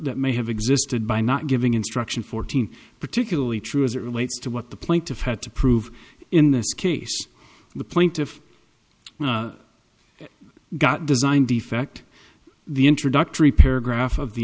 that may have existed by not giving instruction fourteen particularly true as it relates to what the plaintiff had to prove in this case the plaintiff got design defect the introductory paragraph of the